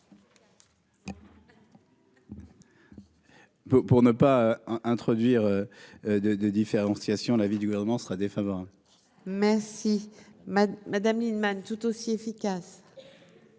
Pour ne pas introduire de de différenciation l'avis du Gouvernement sera défavorable. Merci ma Madame Lienemann, tout aussi efficaces,